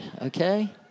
okay